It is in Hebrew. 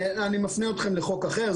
אני מפנה אתכם לחוק אחר,